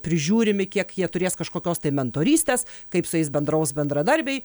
prižiūrimi kiek jie turės kažkokios tai mentorystės kaip su jais bendraus bendradarbiai